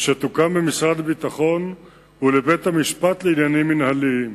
שתוקם במשרד הביטחון ולבית-המשפט לעניינים מינהליים.